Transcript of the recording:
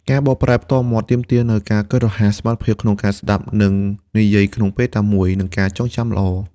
ការបកប្រែផ្ទាល់មាត់ទាមទារនូវការគិតរហ័ស សមត្ថភាពក្នុងការស្ដាប់ និងនិយាយក្នុងពេលតែមួយ និងការចងចាំល្អ។